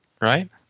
right